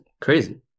crazy